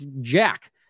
Jack